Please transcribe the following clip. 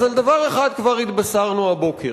אז על דבר אחד כבר התבשרנו הבוקר.